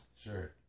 Sure